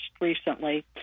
recently